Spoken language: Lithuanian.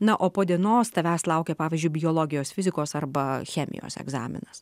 na o po dienos tavęs laukia pavyzdžiui biologijos fizikos arba chemijos egzaminas